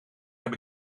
heb